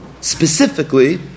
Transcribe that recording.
specifically